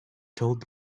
told